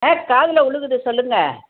ஆ காதில் விலுகுது சொல்லுங்க